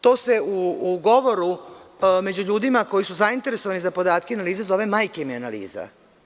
To se u govoru među ljudima koji su zainteresovani za podatke analize zove – „majke mi“ analiza.